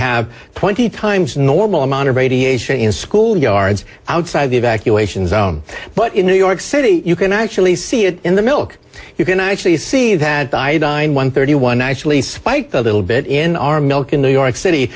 have twenty times the normal amount of radiation in school yards outside of the evacuation zone but in new york city you can actually see it in the milk you can actually see that by one thirty one nicely spike the little bit in our milk in new york city